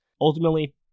Ultimately